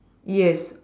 yes